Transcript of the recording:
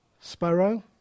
Sparrow